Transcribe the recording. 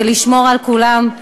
ולשמור על כולם,